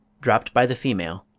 dropped by the female,